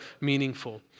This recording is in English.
meaningful